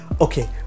Okay